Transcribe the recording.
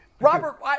Robert